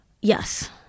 Yes